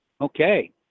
Okay